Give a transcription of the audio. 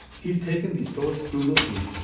he's taken the source google sheet,